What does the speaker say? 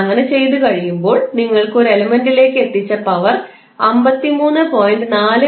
അങ്ങനെ ചെയ്തു കഴിയുമ്പോൾ നിങ്ങൾക്ക് ഒരു എലിമെൻറിലേക്ക് എത്തിച്ച പവർ 53